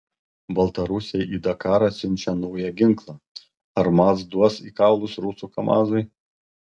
baltarusiai į dakarą siunčia naują ginklą ar maz duos į kaulus rusų kamazui